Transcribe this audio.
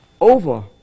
over